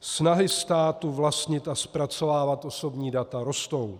Snahy státu vlastnit a zpracovávat osobní data rostou.